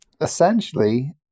essentially